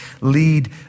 lead